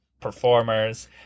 performers